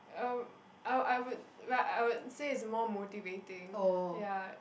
um I I would ri~ I would say it's more motivating ya